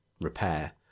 repair